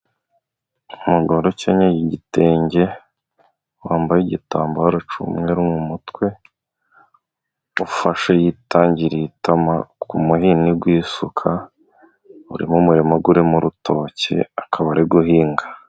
Umugore ukenyeye igitenge, wambaye igitambaro cy'umweru mu mutwe, ufashe yitangiriye itama ku muhini w'isuka, uri mu murima urimo urutoki akaba ari guhinga.